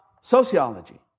sociology